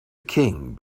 king